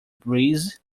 breeze